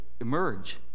emerge